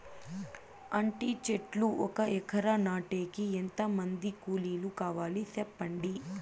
అంటి చెట్లు ఒక ఎకరా నాటేకి ఎంత మంది కూలీలు కావాలి? సెప్పండి?